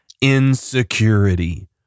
insecurity